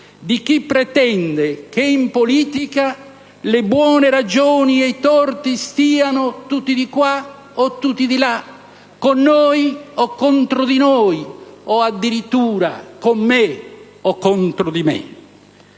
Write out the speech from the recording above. di chi pretende che in politica le buone ragioni e i torti stiano tutti dì qua o tutti di là, con noi o contro di noi, e addirittura con me o contro di me.